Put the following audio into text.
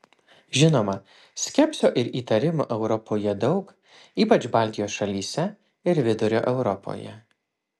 žinoma skepsio ir įtarimų europoje daug ypač baltijos šalyse ir vidurio europoje